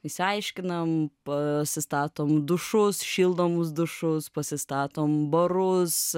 išsiaiškinam pasistatom dušus šildomus dušus pasistatom barus